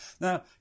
Now